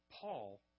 Paul